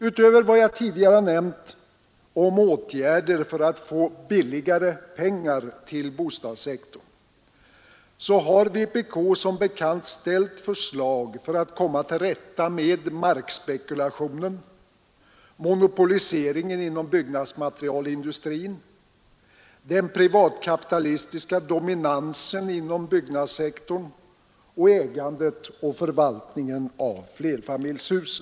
Utöver vad jag tidigare nämnt om åtgärder för att få ”billigare pengar” till bostadssektorn har vpk som bekant ställt förslag för att komma till rätta med markspekulationen, monopoliseringen inom byggnadsmaterialindustrin, den privatkapitalistiska dominansen inom byggnadssektorn och ägandet och förvaltningen av flerfamiljshus.